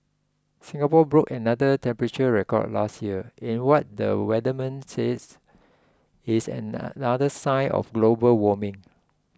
Singapore broke another temperature record last year in what the weatherman says is another sign of global warming